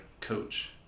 coach